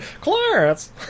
Clarence